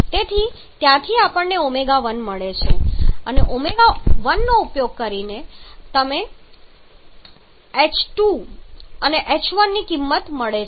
તેથી ત્યાંથી આપણને ω1 મળે છે અને ω1 નો ઉપયોગ કરીને તમને h1 ની કિંમત મળે છે